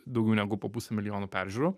daugiau negu po pusę milijono peržiūrų